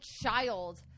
child